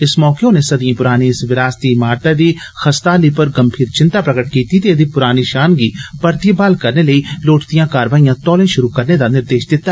इस मौके उनें सदिएं पुरानी इस विरासती इमारतै दी खस्ताहाली पर गंभीर चिंता प्रगट कीती ते एदी पुरानी शान गी परतियै ब्हाल करने लेई लोड़चदिया कारवाइयां तौले शुरु करने दा निर्देश दिता